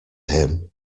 him